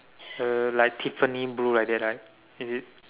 uh like Tiffany blue like that right is it